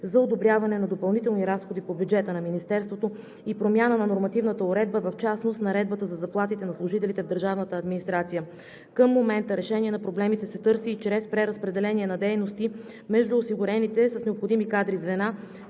за одобряване на допълнителни разходи по бюджета на Министерството и промяна на нормативната уредба, в частност Наредбата за заплатите на служителите в държавната администрация. Към момента решение на проблемите се търси и чрез преразпределение на дейности между осигурените с необходими кадри звена,